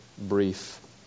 brief